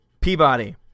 Peabody